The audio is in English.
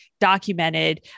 documented